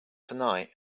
tonight